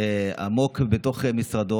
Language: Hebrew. שעמוק בתוך משרדו,